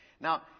Now